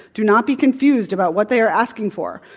do not be confused about what they are asking for.